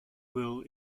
will